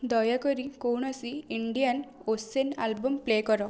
ଦୟାକରି କୌଣସି Indian Ocean album play କର